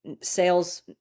sales